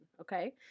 okay